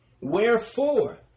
Wherefore